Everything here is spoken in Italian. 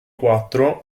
quattro